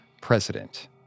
president